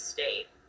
State